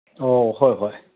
ꯑꯣ ꯍꯣꯏ ꯍꯣꯏ